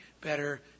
better